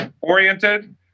oriented